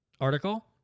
article